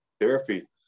therapy